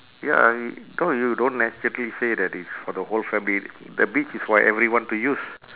ya y~ no you don't necessarily say that it's for the whole family the beach is for everyone to use